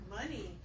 money